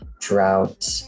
drought